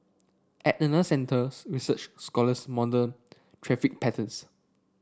at centres research scholars model traffic patterns